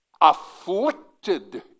afflicted